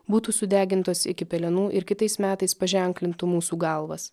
būtų sudegintos iki pelenų ir kitais metais paženklintų mūsų galvas